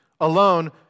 alone